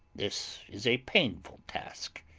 this is a painful task!